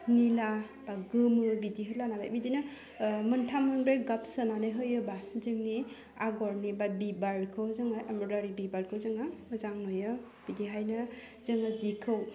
नीला बा गोमो बिदि होला नालाय बिदिनो ओह मोनथाम मोनब्रै गाब सोनानै होयोबा जोंनि आगरनिबा बिबारखौ जोङो एमब्रडारि बिबारखौ जोङो मोजां नुयो बिदिहायनोनीला जोङो जिखौ